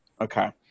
Okay